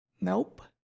Nope